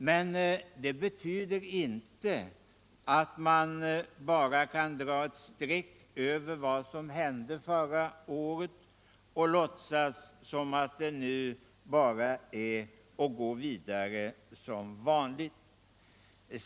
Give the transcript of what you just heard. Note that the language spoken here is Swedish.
Men det betyder inte att man bara kan dra eu streck över vad som hände förra året och låtsas som att det nu bara är att gå vidare ”som vanligt”.